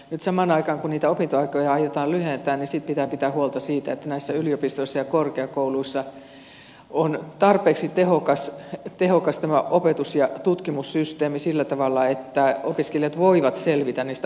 nyt samaan aikaan kun niitä opintoaikoja aiotaan lyhentää niin sitten pitää pitää huolta siitä että näissä yliopistoissa ja korkeakouluissa on tarpeeksi tehokas tämä opetus ja tutkimussysteemi sillä tavalla että opiskelijat voivat selvitä niistä opinnoistaan nopeammin